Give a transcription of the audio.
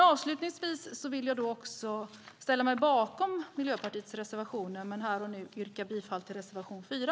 Avslutningsvis ställer jag mig bakom Miljöpartiets reservationer, och här och nu yrkar jag bifall till reservation 4.